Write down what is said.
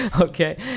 okay